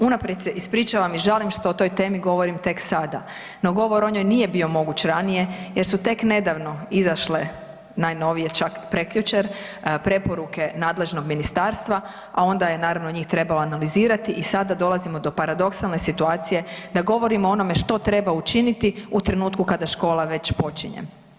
Unaprijed se ispričavam i žalim što o toj temi govorim tek sada, no govor o njoj nije bio moguć ranije jer su tek nedavno izašle najnovije, čak prekjučer, preporuke nadležnog ministarstva, a onda je naravno, njih trebalo analizirati i sada dolazimo do paradoksalne situacije da govorimo o onome što treba učiniti u trenutku kada škola već počinje.